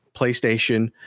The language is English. PlayStation